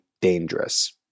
dangerous